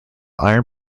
iron